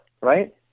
Right